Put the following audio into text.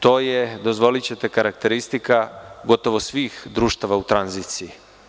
To je, dozvolićete, karakteristika gotovo svih društava u tranziciji.